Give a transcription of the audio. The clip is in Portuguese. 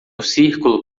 círculo